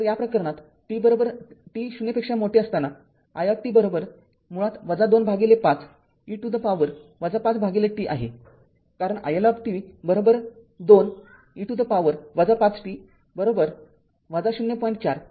तर या प्रकरणात t 0 साठी i t मुळात २५ e to the power ५t आहे कारण i L t २ e to the power ५ t ०